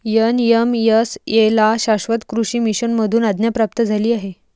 NMSA ला शाश्वत कृषी मिशन मधून आज्ञा प्राप्त झाली आहे